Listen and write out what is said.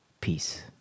Peace